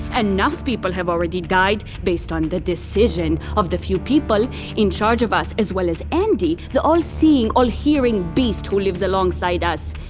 enough people have already died based on the decision of the few people in charge of us, as well as andi, the all-seeing, all-hearing beast who lives alongside us.